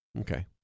okay